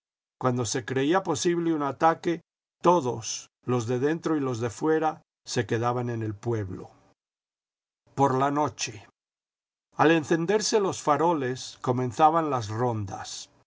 cuando se creía posible un ataque todos los de dentro y los de fuera se quedaban en el pueblo por la noche al encenderse los faroles comenzaban las rondas